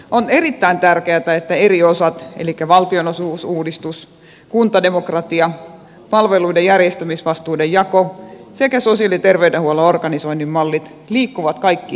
on erittäin tärkeätä että eri osat elikkä valtionosuusuudistus kuntademokratia palvelujen järjestämisvastuiden jako sekä sosiaali ja terveydenhuollon organisoinnin mallit liikkuvat kaikki samanaikaisesti